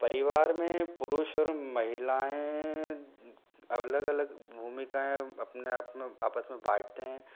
परिवार में पुरुष और महिलाएँ अलग अलग भूमिकाएँ अपने आप में आपस में बाटते हैं